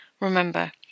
Remember